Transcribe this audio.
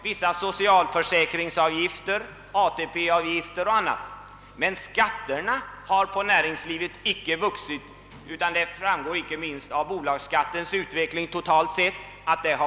Vissa socialförsäkringsavgifter, ATP-avgifter och annat, har lagts på företagen, men skatterna har för näringslivets del inte vuxit utan tvärtom sjunkit, vilket framgår inte minst av bolagsskattens utveck ling totalt sett.